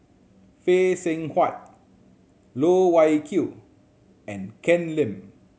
Phay Seng Whatt Loh Wai Kiew and Ken Lim